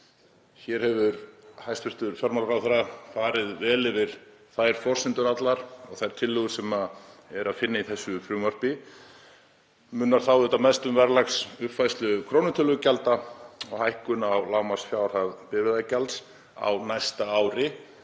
Hér hefur hæstv. fjármálaráðherra farið vel yfir þær forsendur allar og þær tillögur sem er að finna í þessu frumvarpi. Munar þar mest um verðlagsuppfærslu krónutölugjalda og hækkun á lágmarksfjárhæð bifreiðagjalds á næsta ári.